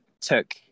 took